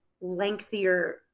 lengthier